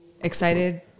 excited